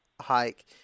hike